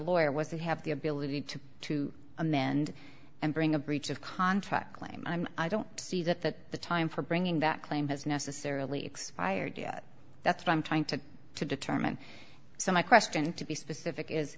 lawyer was they have the ability to to amend and bring a breach of contract claim i'm i don't see that the time for bringing that claim has necessarily expired yet that's what i'm trying to to determine so my question to be specific is